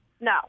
No